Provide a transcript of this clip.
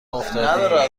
افتادی